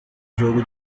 jogo